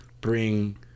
bring